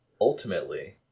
ultimately